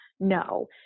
No